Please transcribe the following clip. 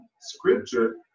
scripture